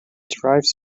derives